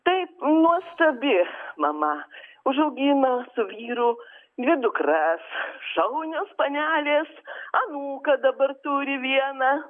taip nuostabi mama užaugino su vyru dvi dukras šaunios panelės anūką dabar turi vieną